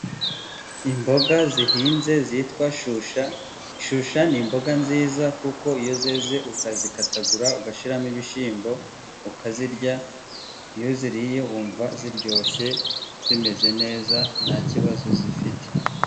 Imboga zihinze zitwa shyushya, shyushya ni imboga nziza kuko iyo zeze ukazikatagura ugashyiramo ibishyimbo ukazirya, iyo uziriye wumva ziryoshye zimeze neza nta kibazo zifite.